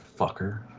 Fucker